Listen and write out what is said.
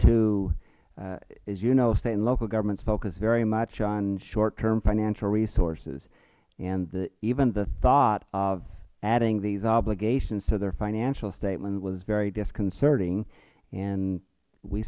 as you know state and local governments focus very much on short term financial resources and even the thought of adding these obligations to their financial statement was very disconcerting and we